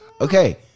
Okay